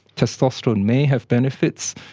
testosterone may have benefits,